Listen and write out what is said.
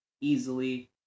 easily